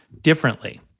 differently